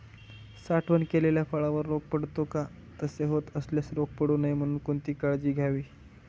साठवण केलेल्या फळावर रोग पडतो का? तसे होत असल्यास रोग पडू नये म्हणून कोणती काळजी घ्यावी?